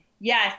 Yes